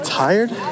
tired